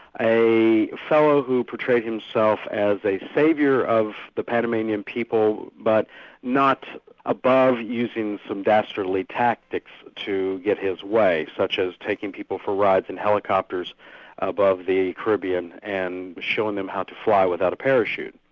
a fellow who portrayed himself as a saviour of the panamanian people, but not above using some dastardly tactics to get his way, such as taking people for rides in helicopters above the caribbean, and showing them how to fly without a parachute.